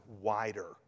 wider